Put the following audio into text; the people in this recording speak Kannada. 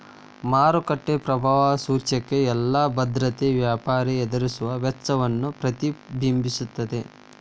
ಮಾರುಕಟ್ಟೆ ಪ್ರಭಾವ ಸೂಚ್ಯಂಕ ಎಲ್ಲಾ ಭದ್ರತೆಯ ವ್ಯಾಪಾರಿ ಎದುರಿಸುವ ವೆಚ್ಚವನ್ನ ಪ್ರತಿಬಿಂಬಿಸ್ತದ